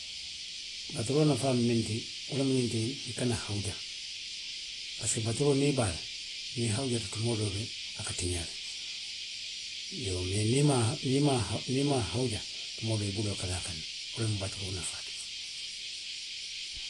Baturoo nafaa mu miŋ ti wo lemu ňiŋ ti i ka na hawuja. Parisiko baturoo niŋ i be a la, niŋ i hawujata tumoo doo bi jee a ka tiňaa le. Iyoo, mee niŋ i maŋ ha, niŋ i maŋ ha, niŋ i maŋ hawuja tumoo doo i buloo ka laa a kaŋ ne, wo lemu baturoo nafaa ti.